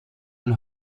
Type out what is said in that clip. een